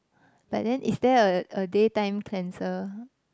but then is there a a day time cleanser